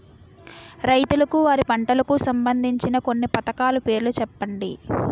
రైతులకు వారి పంటలకు సంబందించిన కొన్ని పథకాల పేర్లు చెప్పండి?